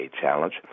challenge